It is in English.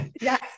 Yes